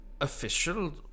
Official